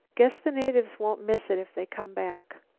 guess the natives won't miss it if they come back.